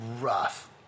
rough